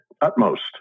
utmost